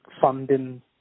funding